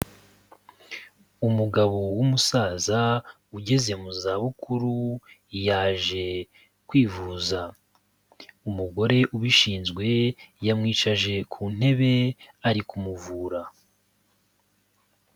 Umugabo w'umusaza ugeze mu zabukuru yaje kwivuza, umugore ubishinzwe yamwica ku ntebe ari kumuvura.